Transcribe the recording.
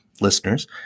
listeners